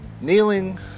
Kneeling